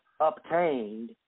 obtained